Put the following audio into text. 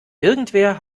irgendwer